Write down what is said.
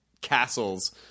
castles